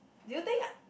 do you think I